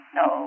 no